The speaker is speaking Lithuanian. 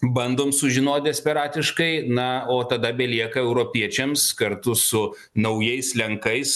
bandom sužinot desperatiškai na o tada belieka europiečiams kartu su naujais lenkais